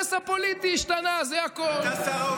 האינטרס הפוליטי השתנה, זה הכול.